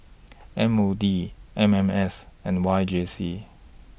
M O D M M S and Y J C